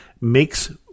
makes